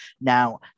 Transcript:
Now